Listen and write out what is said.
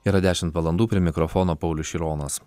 yra dešimt valandų prie mikrofono paulius šironas